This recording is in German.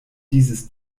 dieses